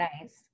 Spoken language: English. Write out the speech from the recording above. nice